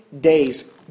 days